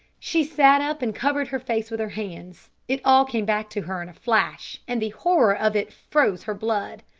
she sat up and covered her face with her hands. it all came back to her in a flash, and the horror of it froze her blood.